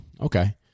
Okay